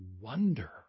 wonder